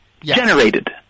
Generated